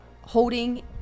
holding